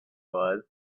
was